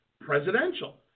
presidential